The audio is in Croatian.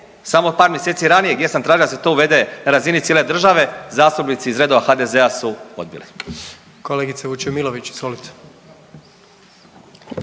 samo par mjeseci ranije gdje sam tražio da se to uvede na razini cijele države zastupnici iz redova HDZ-a su odbili.